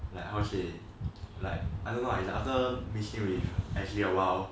like how to say like I don't know is after mixing with a while